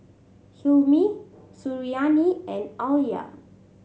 Hilmi Suriani and Alya